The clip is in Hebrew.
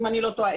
אם אני לא טועה,